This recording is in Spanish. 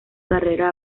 carrera